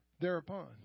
Thereupon